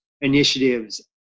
initiatives